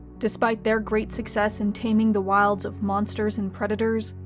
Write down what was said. despite their great success in taming the wilds of monsters and predators,